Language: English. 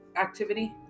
activity